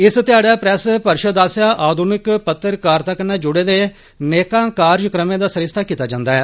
इस ध्याड़ै प्रैस परिषद आस्सेआ आघुनिक पत्रकारिता कन्नै जुड़े दे नेकां कार्जक्रमें दा सरिस्ता कीता जन्दा ऐ